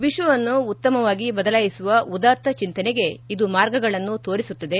ವಿಶ್ವವನ್ನು ಉತ್ತಮವಾಗಿ ಬದಲಾಯಿಸುವ ಉದಾತ್ತ ಚಿಂತನೆಗೆ ಇದು ಮಾರ್ಗಗಳನ್ನು ತೋರಿಸುತ್ತದೆ